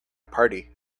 party